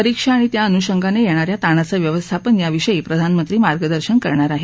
परीक्षा आणि त्या अनुषंगाने येणाऱ्या ताणाचं व्यवस्थापन याविषयी प्रधानमंत्री मार्गदर्शन करणार आहेत